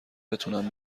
بتونم